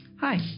Hi